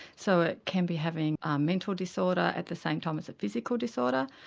so it can be having a mental disorder at the same time as a physical disorder,